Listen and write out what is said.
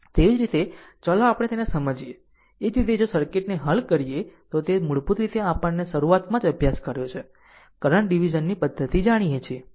તેવી જ રીતે ચાલો આપણે તેને સમજીએ એ જ રીતે જો આ સર્કિટને હલ કરીએ તો તે મૂળભૂત રીતે આપણે શરૂઆતમાં જ અભ્યાસ કર્યો છે કરંટ ડીવીઝનની પદ્ધતિ જાણીએ છીએ